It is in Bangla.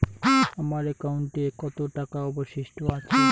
আমার একাউন্টে কত টাকা অবশিষ্ট আছে?